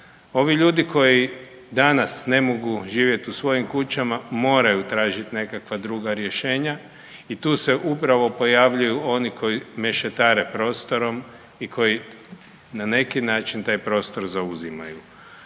Ovi ljudi koji danas ne mogu živjeti u svojim kućama, moraju tražiti nekakva druga rješenja i tu se upravo pojavljuju oni koji mešetare prostorom i koji na neki način taj prostor zauzimaju.